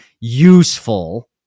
useful